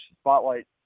spotlight